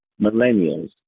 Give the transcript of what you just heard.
millennials